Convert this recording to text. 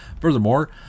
Furthermore